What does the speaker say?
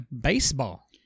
baseball